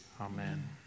Amen